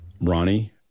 Ronnie